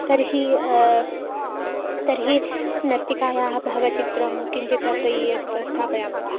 तर्हि तर्हि नर्तिकायाः भावचित्रं किञ्चित् अतः यत् स्थापयामः वा